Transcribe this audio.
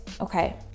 Okay